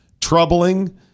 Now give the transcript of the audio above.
troubling